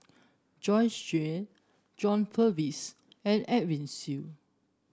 Joyce Jue John Purvis and Edwin Siew